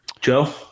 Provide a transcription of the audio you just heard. Joe